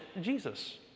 Jesus